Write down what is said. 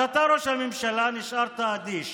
אך אתה, ראש הממשלה, נשארת אדיש